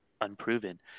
unproven